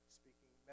speaking